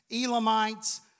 Elamites